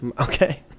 Okay